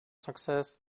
success